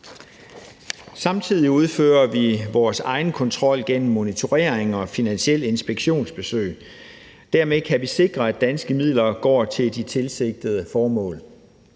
Samtidig udfører vi vores egen kontrol gennem monitorering og finansielle inspektionsbesøg. Dermed kan vi sikre, at danske midler går til de tilsigtede formål.